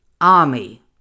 army